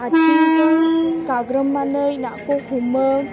आथिंजों गाग्रोमनानै नाखौ हमो